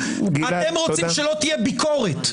אתם רוצים שלא תהיה ביקורת.